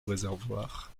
réservoir